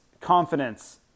confidence